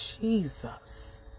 Jesus